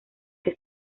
que